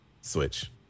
switch